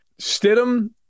Stidham